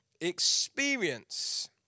experience